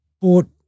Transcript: bought